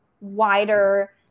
wider